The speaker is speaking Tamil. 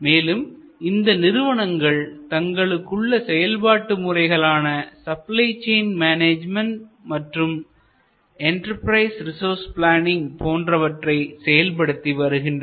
மேலும் இந்த நிறுவனங்கள் தங்களுக்குள்ள செயல்பாட்டு முறைகள் ஆன சப்ளை செயின் மேனேஜ்மெண்ட் மற்றும் என்டர்பிரைஸ் ரிசோர்ஸ் பிளானிங் போன்றவற்றையும் செயல்படுத்தி வருகின்றன